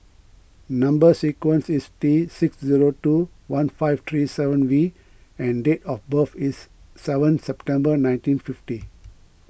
Number Sequence is T six zero two one five three seven V and date of birth is seventh September nineteen fifty